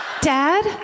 Dad